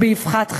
באבחת חרב.